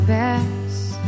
best